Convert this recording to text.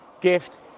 gift